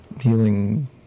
healing